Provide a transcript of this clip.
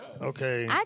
Okay